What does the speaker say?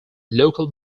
local